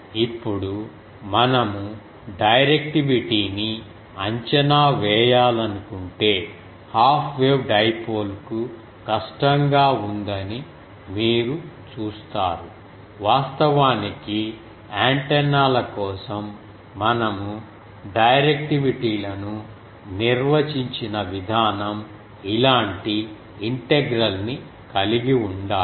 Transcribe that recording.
ఇప్పుడు మనము డైరెక్టివిటీని అంచనా వేయాలనుకుంటే హఫ్ వేవ్ డైపోల్కు కష్టంగా ఉందని మీరు చూస్తారు వాస్తవానికి యాంటెన్నాల కోసం మనము డైరెక్టివిటీలను నిర్వచించిన విధానం ఇలాంటి ఇంటెగ్రల్ ని కలిగి ఉండాలి